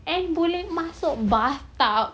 and boleh masuk bathtub